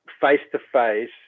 face-to-face